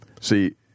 See